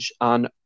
on